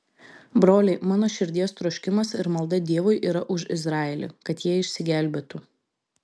broliai mano širdies troškimas ir malda dievui yra už izraelį kad jie išsigelbėtų